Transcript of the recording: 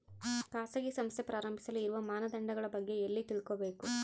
ಖಾಸಗಿ ಸಂಸ್ಥೆ ಪ್ರಾರಂಭಿಸಲು ಇರುವ ಮಾನದಂಡಗಳ ಬಗ್ಗೆ ಎಲ್ಲಿ ತಿಳ್ಕೊಬೇಕು?